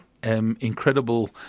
Incredible